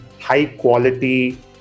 high-quality